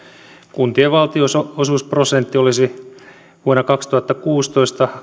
kuntien valtionosuusprosentti olisi kahtenakymmenenäviitenä pilkku viitenäkymmenenäkahtena vuonna kaksituhattakuusitoista